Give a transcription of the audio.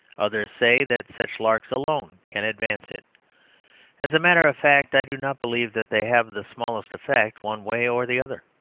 others say that such larks alone can advance it as a matter of fact, i do not believe that they have the smallest effect one way or the other.